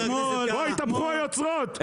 פה התהפכו היוצרות,